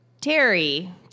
Terry